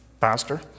Pastor